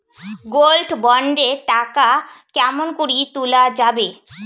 Gold bond এর টাকা কেমন করি তুলা যাবে?